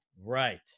Right